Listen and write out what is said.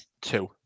two